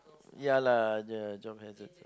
ya lah the jon hazards lah